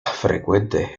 frecuentes